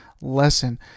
lesson